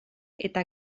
eta